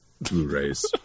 Blu-rays